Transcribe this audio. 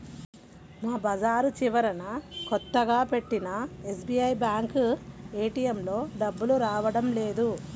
మా బజారు చివరన కొత్తగా పెట్టిన ఎస్బీఐ బ్యేంకు ఏటీఎంలో డబ్బులు రావడం లేదు